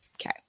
Okay